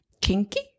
Kinky